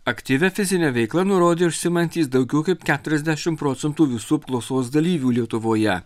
aktyvia fizine veikla nurodė užsiimantys daugiau kaip keturiasdešimt procentų visų apklausos dalyvių lietuvoje